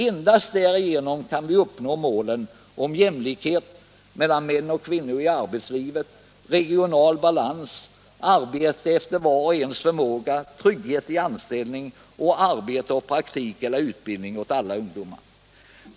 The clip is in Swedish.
Endast därigenom kan vi uppnå målen: jämlikhet mellan män och kvinnor i arbetslivet, regional balans, arbete efter vars och ens förmåga, trygghet i anställningen samt arbete, praktik eller utbildning åt alla ungdomar.